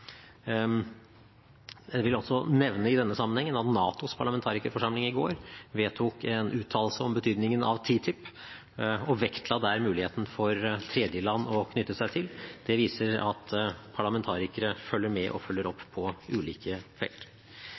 Jeg vil også nevne i denne sammenhengen at NATOs parlamentarikerforsamling i går vedtok en uttalelse om betydningen av TTIP, og vektla der muligheten for tredjeland til å knytte seg til. Det viser at parlamentarikere følger med og følger opp på ulike felt.